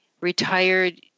retired